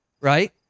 Right